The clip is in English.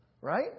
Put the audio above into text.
right